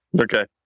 Okay